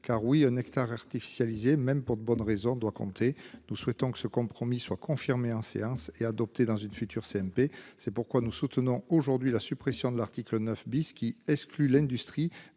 car oui un hectare artificialisés même pour de bonnes raisons doit compter, nous souhaitons que ce compromis soit confirmé en séance et adopté dans une future CMP, c'est pourquoi nous soutenons aujourd'hui la suppression de l'article 9 bis qui exclut l'industrie